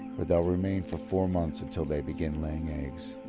where they'll remain for four months until they begin laying eggs.